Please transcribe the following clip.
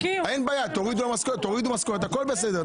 תורידו במשכורת, הכול בסדר.